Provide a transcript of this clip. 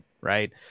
right